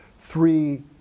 three